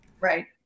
Right